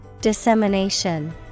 dissemination